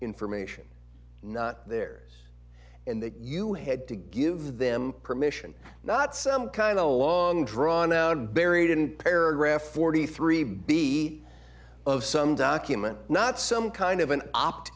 information not theirs and that you had to give them permission not some kind of a long drawn out buried in paragraph forty three b of some documents not some kind of an opt